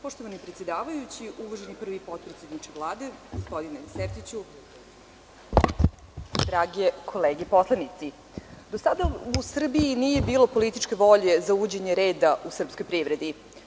Poštovani predsedavajući, uvaženi prvi potpredsedniče Vlade, gospodine Sertiću, drage kolege poslanici, do sada u Srbiji nije bilo političke volje za uvođenje reda u srpskoj privredi.